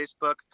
Facebook